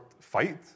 fight